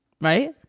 right